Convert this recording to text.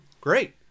Great